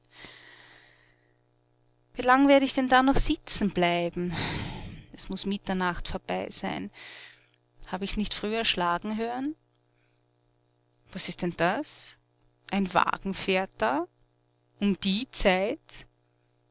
wie lang werd ich denn da noch sitzen bleiben es muß mitternacht vorbei sein hab ich's nicht früher schlagen hören was ist denn das ein wagen fährt da um die zeit